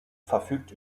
verfügt